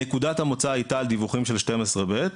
נקודת המוצא הייתה על דיווחים של 12ב',